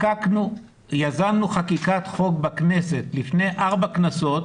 יזמנו חקיקת חוק בכנסת לפני ארבע כנסות